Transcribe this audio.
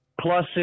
plus